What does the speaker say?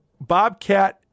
bobcat